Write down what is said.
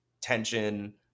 tension